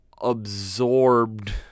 absorbed